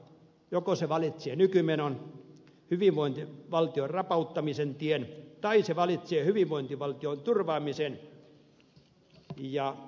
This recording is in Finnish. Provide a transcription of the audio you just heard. joko se valitsee nykymenon hyvinvointivaltion rapauttamisen tien tai se valitsee hyvinvointivaltion turvaamisen ja perussuomalaiset